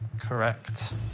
Correct